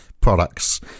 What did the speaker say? products